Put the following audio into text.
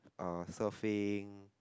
uh surfing